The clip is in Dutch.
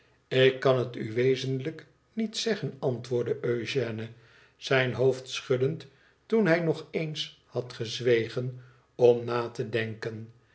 ik kan het u wezenlijk niet zeggen antwoordde eugène zijn hoofd schuddende toen hij nog eens had gezwegen om na te denken